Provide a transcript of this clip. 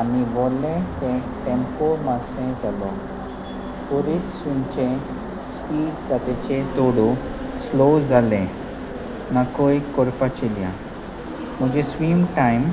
आनी व्होले तें टॅम्पो मातशें जालो परीस तुचे स्पीड जातेचे तोडू स्लो जाले नाकूय करपाचें चिल म्हणजे स्वीम टायम